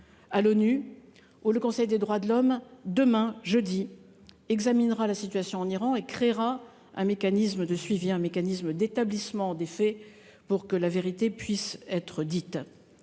de l'ONU, dont le Conseil des droits de l'homme, demain, jeudi, examinera la situation en Iran et créera un mécanisme d'établissement des faits pour que la vérité puisse être dite.